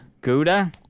Gouda